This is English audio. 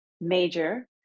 major